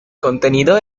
contenido